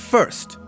First